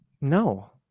no